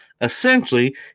Essentially